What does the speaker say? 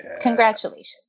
Congratulations